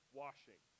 washing